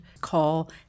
call